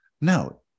No